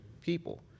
people